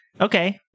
Okay